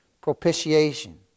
Propitiation